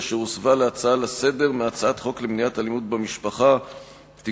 אשר הוסבה להצעה לסדר-היום מהצעת חוק למניעת אלימות במשפחה (תיקון,